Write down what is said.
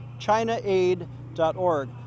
ChinaAid.org